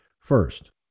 First